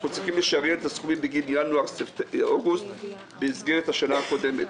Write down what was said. אנחנו צריכים לשריין את הסכומים בגין ינואר אוגוסט במסגרת השנה הקודמת.